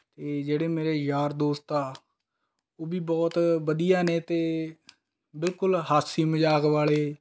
ਅਤੇ ਜਿਹੜੇ ਮੇਰੇ ਯਾਰ ਦੋਸਤ ਆ ਉਹ ਵੀ ਬਹੁਤ ਵਧੀਆ ਨੇ ਅਤੇ ਬਿਲਕੁਲ ਹਾਸੀ ਮਜ਼ਾਕ ਵਾਲੇ